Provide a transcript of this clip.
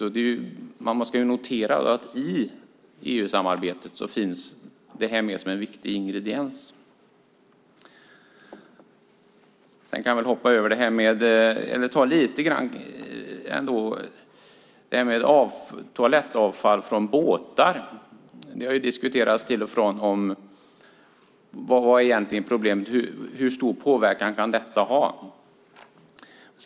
Man måste notera att det här finns med som en viktig ingrediens i EU-samarbetet. Jag kan säga lite grann i fråga om toalettavfall från båtar. Det har diskuterats till och från vad problemet egentligen är och hur stor påverkan detta kan ha.